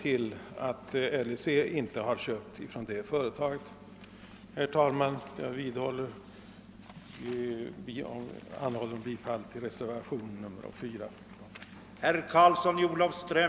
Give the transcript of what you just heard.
Jag vidhåller mitt yrkande om bifall till reservationen 4.